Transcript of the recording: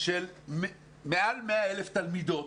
של מעל 100,000 תלמידות